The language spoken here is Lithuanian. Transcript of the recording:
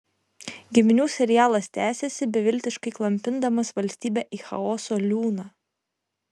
giminių serialas tęsiasi beviltiškai klampindamas valstybę į chaoso liūną